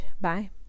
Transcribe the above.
bye